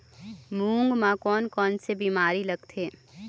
मूंग म कोन कोन से बीमारी लगथे?